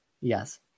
Yes